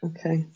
Okay